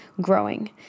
growing